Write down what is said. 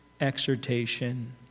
exhortation